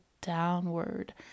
downward